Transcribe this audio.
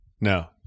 No